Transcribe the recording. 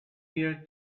year